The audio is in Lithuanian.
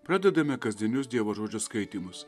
pradedame kasdienius dievo žodžio skaitymus